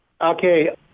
Okay